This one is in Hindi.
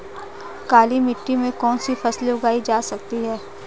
काली मिट्टी में कौनसी फसलें उगाई जा सकती हैं?